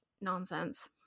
nonsense